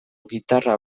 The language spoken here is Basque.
gitarra